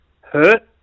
hurt